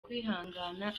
kwihangana